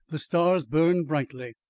the stars burned brightly.